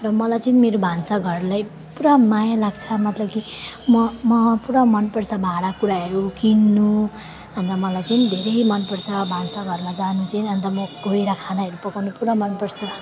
र मेरो चाहिँ मेरो भान्साघरलाई पुरा माया लाग्छ मतलब कि म म पुरा मन पर्छ भाँडाकुँडाहरू किन्नु अनि त मलाई चाहिँ धेरै मन पर्छ भान्साघरमा जानु चाहिँ अनि त म गएर खानाहरू पकाउनु पुरा मन पर्छ